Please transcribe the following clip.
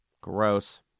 Gross